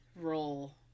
role